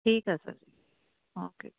ਠੀਕ ਹੈ sir okay